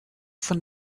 von